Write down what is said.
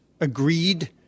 agreed